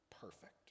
perfect